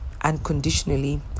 unconditionally